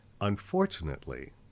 unfortunately